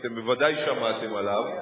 אתם בוודאי שמעתם עליו.